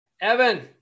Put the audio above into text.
Evan